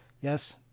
Yes